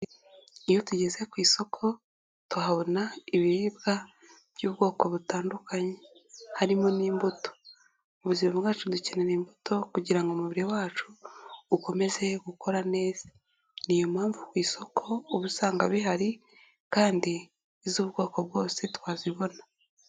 Iyo tugeze ku isoko tuhabona ibiribwa by'ubwoko butandukanye, harimo n'imbuto, mu buzima bwacu dukeneyera imbuto kugira ngo umubiri wacu ukomeze gukora neza niyo mpamvu ku isoko usanga bihari kandi iz'ubwoko bwose twazibona.